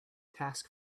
task